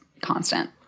constant